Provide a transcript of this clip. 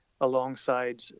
alongside